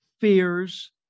fears